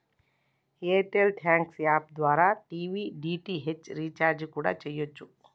air tell thanks app ద్వారా TV DTH recharge కూడా చెయ్యచ్చు